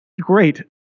Great